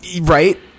right